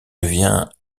devient